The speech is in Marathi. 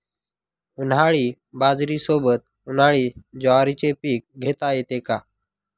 उन्हाळी बाजरीसोबत, उन्हाळी ज्वारीचे पीक घेता येते का?